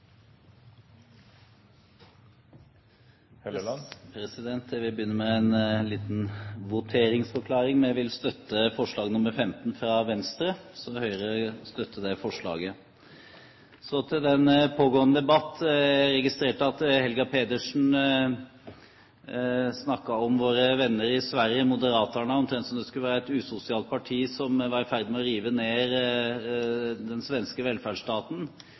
Jeg vil begynne med en liten voteringsforklaring: Høyre vil støtte forslag nr. 15, fra Venstre. Så til den pågående debatt. Jeg registrerte at Helga Pedersen snakket om våre venner i Sverige, Moderaterna, omtrent som om det skulle være et usosialt parti som var i ferd med å rive ned den svenske velferdsstaten.